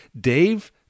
Dave